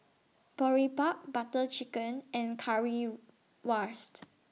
Boribap Butter Chicken and Currywurst